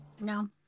No